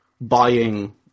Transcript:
buying